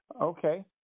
Okay